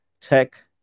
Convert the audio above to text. tech